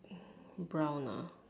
brown ah